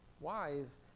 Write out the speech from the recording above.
wise